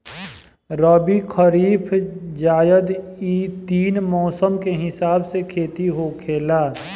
रबी, खरीफ, जायद इ तीन मौसम के हिसाब से खेती होखेला